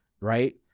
right